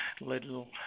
little